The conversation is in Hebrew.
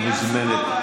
את מוזמנת.